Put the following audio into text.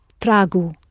tragu